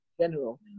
general